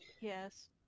Yes